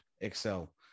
excel